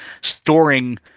storing